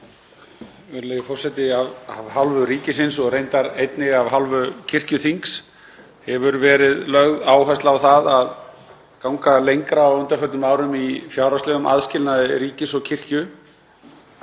Virðulegi forseti. Af hálfu ríkisins og reyndar einnig af hálfu kirkjuþings hefur verið lögð áhersla á það að ganga lengra á undanförnum árum í fjárhagslegum aðskilnaði ríkis og kirkju.